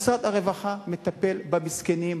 משרד הרווחה מטפל במסכנים,